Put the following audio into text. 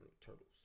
turtles